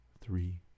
three